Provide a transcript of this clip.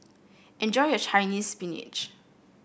enjoy your Chinese Spinach